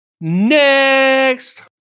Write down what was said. next